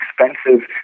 expensive